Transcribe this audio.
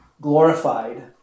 glorified